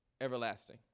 everlasting